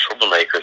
troublemakers